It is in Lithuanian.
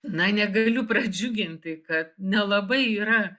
na negaliu pradžiuginti kad nelabai yra